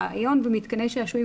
הרעיון במתקני שעשועים,